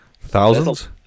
thousands